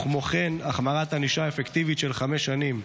כמו כן, החמרת ענישה אפקטיבית של חמש שנים.